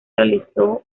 realizó